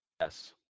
Yes